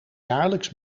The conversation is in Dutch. jaarlijks